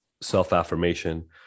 self-affirmation